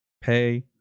pay